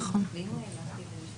על אף האמור לעיל.